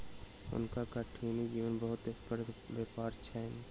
हुनका कठिनी जीवक बहुत पैघ व्यापार छैन